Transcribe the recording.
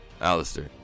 Alistair